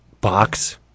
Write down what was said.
box